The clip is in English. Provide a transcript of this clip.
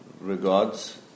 regards